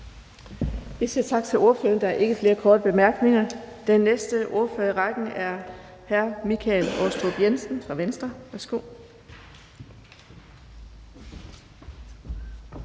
Vi siger tak til ordføreren. Der er ikke flere korte bemærkninger. Den næste ordfører i rækken er hr. Michael Aastrup Jensen fra Venstre. Værsgo.